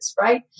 right